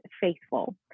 faithful